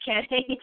kidding